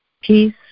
Peace